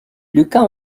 lucas